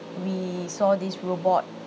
we saw this robot